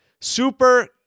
super